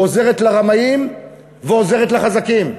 עוזרת לרמאים ועוזרת לחזקים.